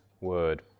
word